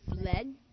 fled